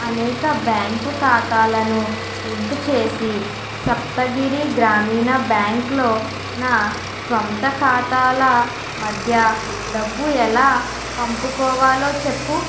అనేక బ్యాంకు ఖాతాలను లింకు చేసి సప్తగిరి గ్రామీణ బ్యాంక్లో నా స్వంత ఖాతాల మధ్య డబ్బు ఎలా పంపుకోవాలో చెప్పు